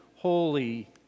holy